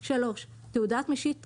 (3) תעודת משיט תקפה,